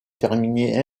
terminer